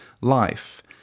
life